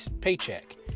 paycheck